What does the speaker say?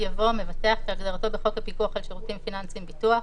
יבוא: ""מבטח" כהגדרתו בחוק הפיקוח על שירותים פיננסיים (ביטוח),